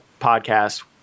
podcast